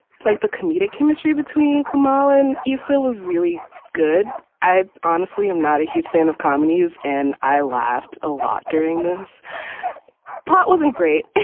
play the comedic chemistry between kamahl and if it was really good. i honestly am not a huge fan of comedies and i laughed a lot during this part. wasn't great,